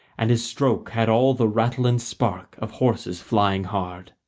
and his stroke had all the rattle and spark of horses flying hard.